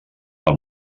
pel